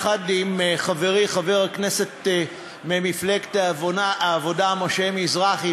זה היה יחד עם חברי חבר הכנסת ממפלגת העבודה משה מזרחי,